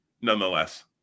nonetheless